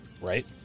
right